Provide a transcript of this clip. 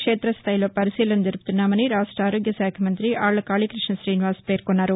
క్షేతస్టాయిలో పరిశీలన జరుపుతున్నామని రాష్ట్ర ఆరోగ్యశాఖ మంతి ఆళ్ల కాళీకృష్ణ శ్రీనివాస్ పేర్కొన్నారు